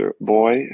boy